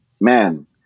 man